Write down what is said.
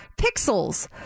Pixels